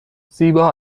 زیبا